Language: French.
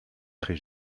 très